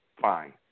Fine